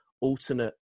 alternate